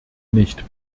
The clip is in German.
nicht